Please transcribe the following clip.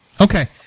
Okay